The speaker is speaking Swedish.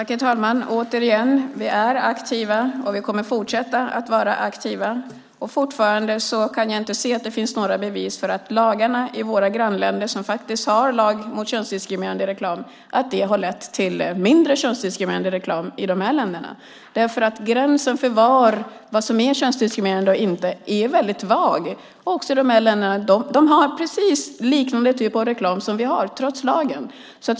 Herr talman! Vi är aktiva och vi kommer att fortsätta att vara aktiva. Fortfarande kan jag inte se att det finns några bevis för att lagarna i våra grannländer som har lag mot könsdiskriminerande reklam har lett till mindre könsdiskriminerande reklam i de länderna. Gränsen för vad som är könsdiskriminerande och inte är väldigt vag. De här länderna har liknande typ av reklam som vi har trots lagen.